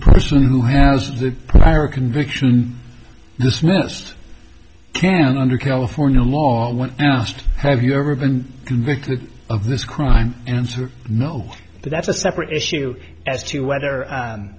person who has the prior conviction dismissed can under california law when asked have you ever been convicted of this crime answer no but that's a separate issue as to whether